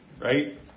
right